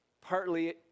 partly